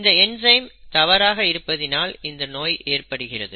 இந்த என்சைம் தவறாக இருப்பதினால் இந்த நோய் ஏற்படுகிறது